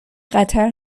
قطر